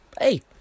hey